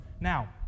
Now